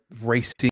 racing